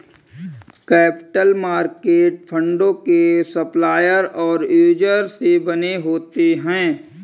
capital market फंडों के supplier और यूजर से बने होते हैं